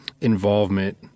involvement